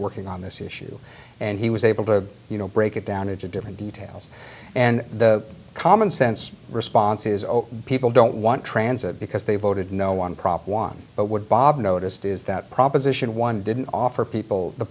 working on this issue and he was able to you know break it down into different details and the common sense response is oh people don't want transit because they voted no on prop one but what bob noticed is that proposition one didn't offer people the